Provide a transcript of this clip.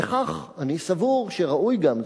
וכך אני סבור שראוי גם,